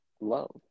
love